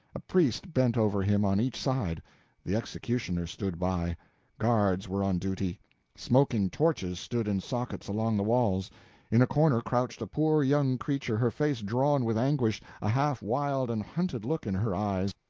a priest bent over him on each side the executioner stood by guards were on duty smoking torches stood in sockets along the walls in a corner crouched a poor young creature, her face drawn with anguish, a half-wild and hunted look in her eyes,